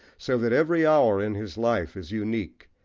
so that every hour in his life is unique,